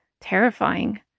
Terrifying